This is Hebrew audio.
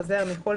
חוזר מחוץ לארץ,